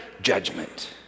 judgment